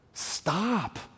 stop